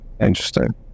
interesting